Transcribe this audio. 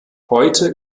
heute